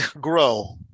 grow